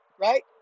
right